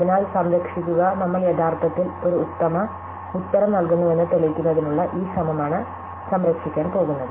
അതിനാൽ നമ്മൾ യഥാർത്ഥത്തിൽ ഒരു ഉത്തമ ഉത്തരം നൽകുന്നുവെന്ന് തെളിയിക്കുന്നതിനുള്ള ഈ ശ്രമമാണ് സംരക്ഷിക്കാൻ പോകുന്നത്